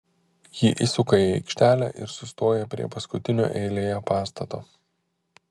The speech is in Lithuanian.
ji įsuka į aikštelę ir sustoja prie paskutinio eilėje pastato